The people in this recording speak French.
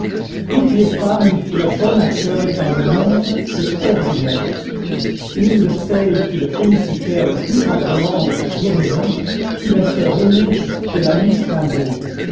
toutes les femmes lui firent bon accueil dans le monde et hors du monde une de celles qui le félicitèrent le plus tendrement de sa guérison fut la sœur aînée de l'ami steimbourg